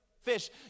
fish